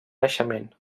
naixement